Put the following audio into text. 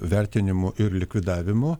vertinimu ir likvidavimu